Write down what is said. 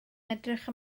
edrych